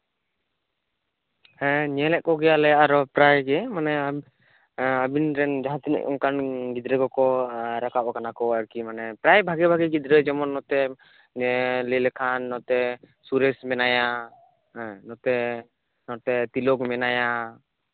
ᱧᱮᱧᱮᱜ ᱠᱚᱜᱮᱭᱟᱞᱮ ᱯᱨᱟᱭᱜᱮ ᱟᱵᱤᱱ ᱨᱮᱱ ᱡᱟᱦᱟ ᱛᱤᱱᱟᱹᱜ ᱜᱟᱱ ᱜᱤᱫᱽᱨᱟᱹ ᱠᱚᱠᱚ ᱨᱟᱠᱟᱵᱽ ᱠᱟᱱᱟ ᱠᱚ ᱟᱨᱠᱤ ᱯᱨᱟᱭ ᱵᱷᱟᱹᱜᱤ ᱵᱷᱟᱹᱜᱤ ᱜᱤᱫᱽᱨᱟᱹ ᱢᱟᱱᱮ ᱱᱚᱛᱮ ᱞᱟᱹᱭ ᱞᱮᱠᱷᱟᱱ ᱱᱚᱛᱮ ᱥᱩᱨᱮᱥ ᱢᱮᱱᱟᱭᱟ ᱱᱚᱛᱮ ᱛᱤᱞᱚᱠ ᱢᱮᱱᱟᱭᱟ